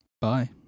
Bye